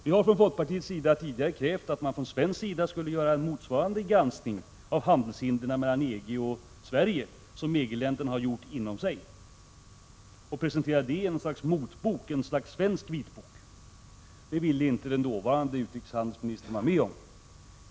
Vi har från folkpartiet tidigare krävt att man från svensk sida skulle göra en motsvarande granskning av handelshindren mellan EG och Sverige som EG-länderna har gjort inom sig och presentera det i något slags motbok, ett slags svensk vitbok. Det ville inte den dåvarande utrikeshandelsministern vara med om.